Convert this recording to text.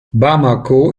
bamako